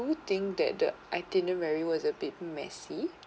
~o think that the itinerary was a bit messy